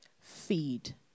feed